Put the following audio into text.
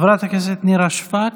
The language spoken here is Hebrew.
חברת הכנסת נירה שפק,